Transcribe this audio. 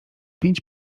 pięć